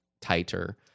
tighter